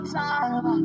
time